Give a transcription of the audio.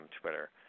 Twitter